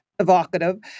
Evocative